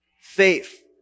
faith